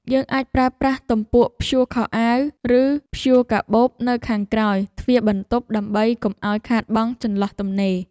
យើងអាចប្រើប្រាស់ទំពក់ព្យួរខោអាវឬព្យួរកាបូបនៅខាងក្រោយទ្វារបន្ទប់ដើម្បីកុំឱ្យខាតបង់ចន្លោះទំនេរ។